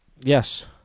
Yes